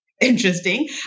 Interesting